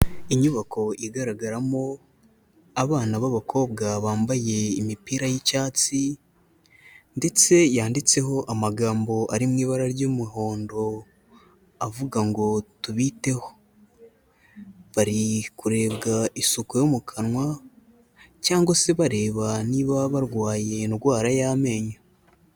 Inyubako igaragaramo abana b'abakobwa bambaye imipira y'icyatsi ndetse yanditseho amagambo ari mu ibara ry'umuhondo avuga ngo tubiteho, bari kurebwa isuku yo mu kanwa cyangwa se bareba niba barwaye indwara y'amenyo.